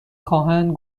خواهند